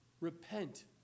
Repent